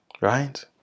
Right